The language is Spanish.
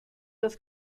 los